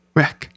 Wreck